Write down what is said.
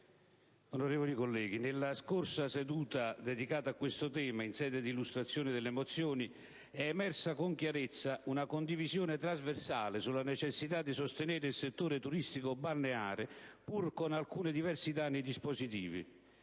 onorevoli colleghi, nella scorsa seduta dedicata a questo tema, in sede di illustrazione delle mozioni, è emersa con chiarezza una condivisione trasversale sulla necessità di sostenere il settore turistico balneare, pur con alcune diversità nei dispositivi.